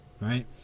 right